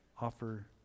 offer